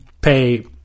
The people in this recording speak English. pay